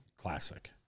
Classic